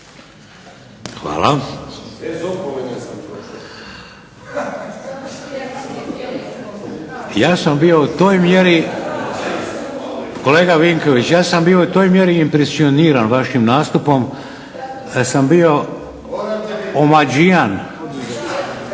Hvala. Kolega Vinković, ja sam bio u toj mjeri impresioniran vašim nastupom da sam bio omađijan